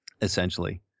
essentially